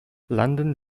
london